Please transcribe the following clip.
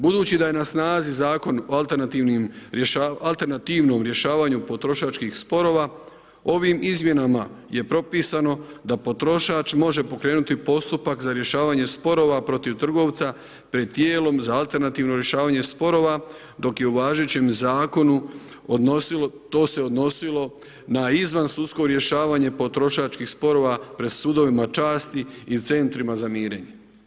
Budući da je na snazi Zakon o alternativnom rješavanju potrošačkih sporova, ovim izmjenama je propisano da potrošač može pokrenuti postupak za rješavanje sporova protiv trgovca pred tijelom za alternativno rješavanje sporova dok je u važećem Zakonu to se odnosilo na izvansudsko rješavanje potrošačkih sporova pred sudovima časti i centrima za mirenje.